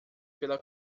pela